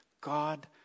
God